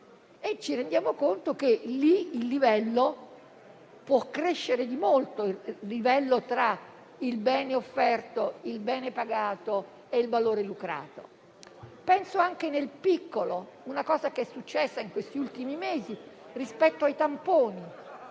Ci rendiamo conto che lì può crescere di molto il livello tra il bene offerto, il bene pagato e il valore lucrato. Penso anche, nel piccolo, a una cosa che è successa in questi ultimi mesi rispetto ai tamponi.